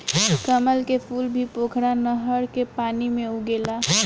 कमल के फूल भी पोखरा नहर के पानी में उगेला